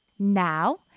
Now